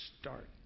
start